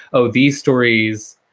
oh, these stories,